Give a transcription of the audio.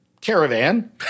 caravan